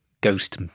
ghost